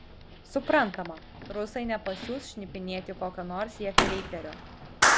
suprantama rusai nepasiųs šnipinėti kokio nors jefreiterio